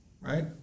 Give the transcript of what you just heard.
right